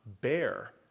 bear